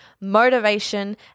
motivation